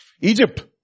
Egypt